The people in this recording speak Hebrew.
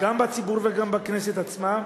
גם בציבור וגם בכנסת עצמה,